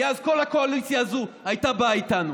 כי אז כל הקואליציה הזו הייתה באה איתנו.